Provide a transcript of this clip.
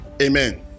Amen